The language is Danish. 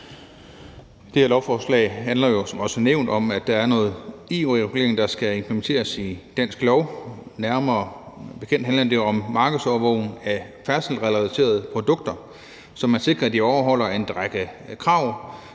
Det her forslag handler som nævnt om, at der er noget EU-regulering, der skal implementeres i dansk lovgivning. Det handler som bekendt om markedsovervågning af færdselsrelaterede produkter, så man sikrer, at de opfylder en række krav,